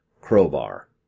crowbar